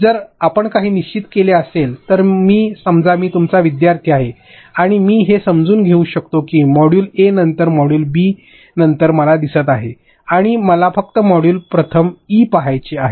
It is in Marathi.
जर आपण काही निश्चित केले असेल तर मी समजा मी तुमचा विद्यार्थी आहे आणि मी हे समजून घेऊ शकतो की मॉड्यूल ए नंतर मॉड्यूल बी नंतर मला दिसत आहे आणि मला फक्त मॉड्यूल प्रथम ई पहायचे आहे